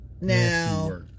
Now